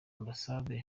ambasade